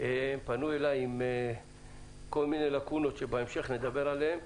פנו אליי עם כל מיני לקונות שבהמשך נדבר עליהן,